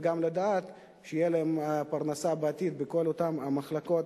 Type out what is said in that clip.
וגם לדעת שתהיה להם פרנסה בעתיד בכל אותן המחלקות